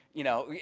you know,